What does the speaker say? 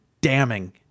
damning